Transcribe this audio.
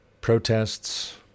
protests